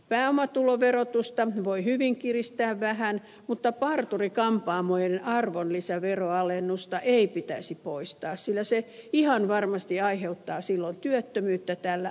pääomatuloverotusta voi hyvin kiristää vähän mutta parturi kampaamoiden arvonlisäveroalennusta ei pitäisi poistaa sillä se ihan varmasti aiheuttaa silloin työttömyyttä tällä alalla